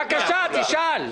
בבקשה, תשאל.